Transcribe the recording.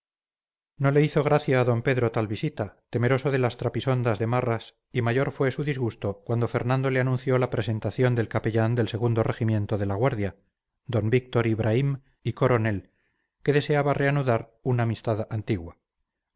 no le hizo gracia a d pedro tal visita temeroso de las trapisondas de marras y mayor fue su disgusto cuando fernando le anunció la presentación del capellán del segundo regimiento de la guardia d víctor ibraim y coronel que deseaba reanudar una amistad antigua